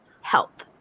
help